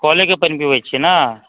कलेके पानि पीबैत छियै ने